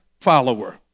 follower